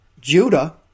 Judah